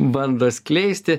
bando skleisti